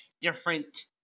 different